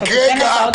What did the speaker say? הצבעה